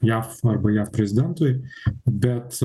jav arba jav prezidentui bet